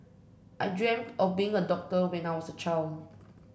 I dreamt of becoming a doctor when I was a child